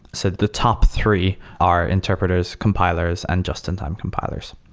so the top three are interpreters, compilers and just-in-time compilers,